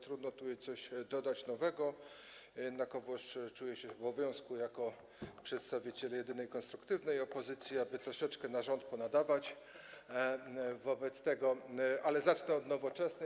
Trudno tutaj dodać coś nowego, jednak czuję się w obowiązku jako przedstawiciel jedynej konstruktywnej opozycji, aby troszeczkę na rząd ponadawać, wobec tego... ale zacznę od Nowoczesnej.